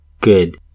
good